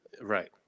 right